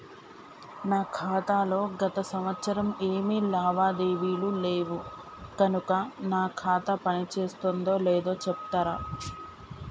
నా ఖాతా లో గత సంవత్సరం ఏమి లావాదేవీలు లేవు కనుక నా ఖాతా పని చేస్తుందో లేదో చెప్తరా?